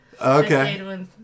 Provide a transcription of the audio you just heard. okay